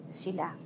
sila